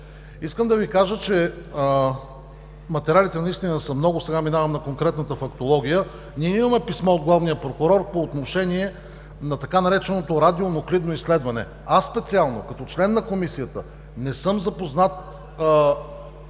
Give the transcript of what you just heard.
Искам да Ви кажа, че материалите наистина са много, сега минавам на конкретната фактология. Ние имаме писмо от главния прокурор по отношение на така нареченото „радионуклидно изследване“. Аз специално, като член на Комисията, не съм запознат,